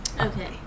Okay